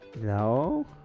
No